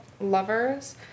lovers